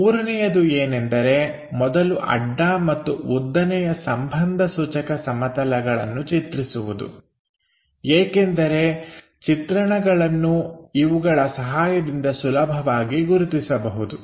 ಮೂರನೆಯದು ಏನೆಂದರೆ ಮೊದಲು ಅಡ್ಡ ಮತ್ತು ಉದ್ದನೆಯ ಸಂಬಂಧ ಸೂಚಕ ಸಮತಲಗಳನ್ನು ಚಿತ್ರಿಸುವುದು ಏಕೆಂದರೆ ಚಿತ್ರಣಗಳನ್ನು ಇವುಗಳ ಸಹಾಯದಿಂದ ಸುಲಭವಾಗಿ ಗುರುತಿಸಬಹುದು